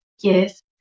Yes